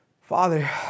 Father